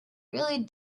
really